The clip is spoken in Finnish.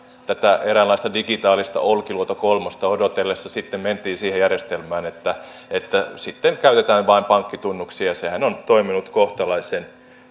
tätä eräänlaista digitaalista olkiluoto kolmea odotellessa sitten mentiin siihen järjestelmään että että sitten käytetään vain pankkitunnuksia sehän on toiminut kohtalaisen